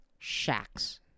shacks